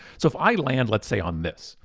so if i land, let's say on this,